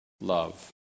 love